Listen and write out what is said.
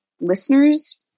listeners